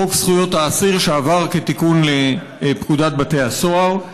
חוק זכויות האסיר, שעבר כתיקון לפקודת בתי הסוהר.